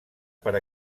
per